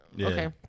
okay